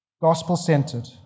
Gospel-centered